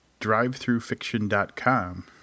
drivethroughfiction.com